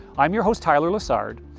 i'm your host, tyler lessard,